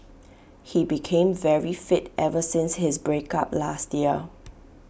he became very fit ever since his break up last year